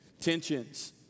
tensions